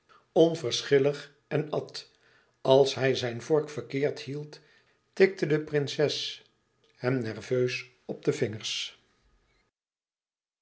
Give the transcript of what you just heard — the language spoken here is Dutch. onverschillig en at als hij zijn vork verkeerd hield tikte de prinses hem nerveus op de vingers